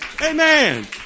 Amen